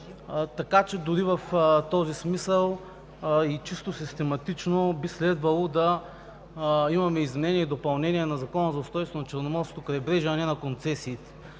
Така че, дори в този смисъл и чисто систематично, би следвало да имаме изменение и допълнение на Закона за устройството на Черноморското крайбрежие, а не на концесиите.